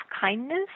kindness